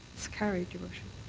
it's carried, your worship.